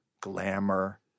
glamour